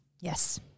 Yes